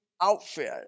outfit